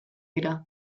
dira